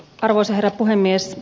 arvoisa herra puhemies